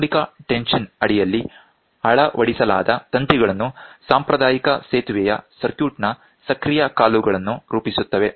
ಆರಂಭಿಕ ಟೆನ್ಷನ್ ಅಡಿಯಲ್ಲಿ ಅಳವಡಿಸಲಾದ ತಂತಿಗಳು ಸಾಂಪ್ರದಾಯಿಕ ಸೇತುವೆಯ ಸರ್ಕ್ಯೂಟ್ನ ಸಕ್ರಿಯ ಕಾಲುಗಳನ್ನು ರೂಪಿಸುತ್ತವೆ